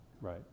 right